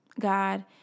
God